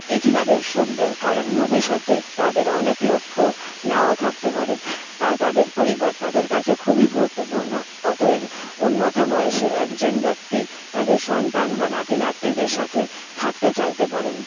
এটি তাদের সুখ দেয় কারণ ভবিষ্যতে তাদের অনেক লক্ষ্য নাও থাকতে পারে তাই তাদের পরিবার তাদের কাছেও খুবই গুরুত্বপূর্ণ অতএব উন্নত বয়সের একজন ব্যক্তি তাদের সন্তান বা নাতি নাতনিদের সাথে থাকতে চাইতে পারেন